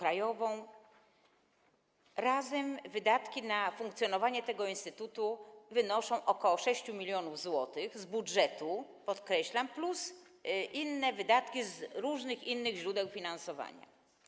Razem wydatki na funkcjonowanie tego instytutu wynoszą ok. 6 mln zł z budżetu, podkreślam, plus inne wydatki z różnych innych źródeł finansowania.